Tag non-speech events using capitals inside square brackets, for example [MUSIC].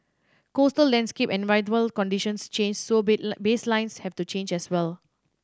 coastal landscape and environmental conditions change so [UNINTELLIGIBLE] baselines have to change as well